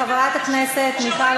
חבר הכנסת מיקי לוי, אני מבקשת.